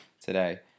today